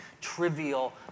trivial